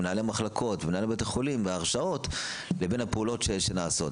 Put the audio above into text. מנהלי מחלקות ומנהלי בתי חולים והרשאות לבין הפעולות שנעשות.